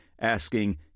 asking